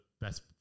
best